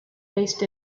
based